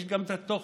יש גם התוכן,